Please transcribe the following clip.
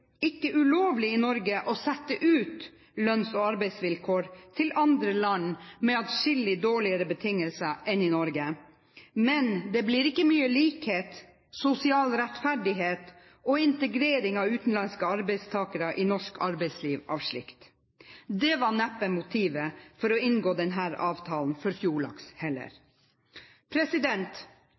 ikke ulovlig i Norge å sette ut lønns- og arbeidsvilkår til andre land, med atskillig dårligere betingelser enn i Norge, men det blir ikke mye likhet, sosial rettferdighet og integrering av utenlandske arbeidstakere i norsk arbeidsliv av slikt. Det var nok heller ikke motivet til Fjordlaks for å inngå denne avtalen.